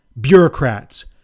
Bureaucrats